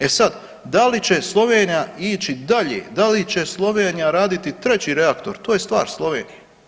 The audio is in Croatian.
E sad, da li će Slovenija ići dalje, da li će Slovenija raditi treći reaktor to je stvar Slovenije.